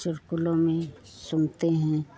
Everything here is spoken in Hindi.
सब को लाइन सुनते हैं